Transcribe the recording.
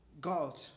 God